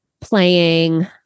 playing